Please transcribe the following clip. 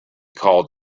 called